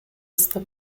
esta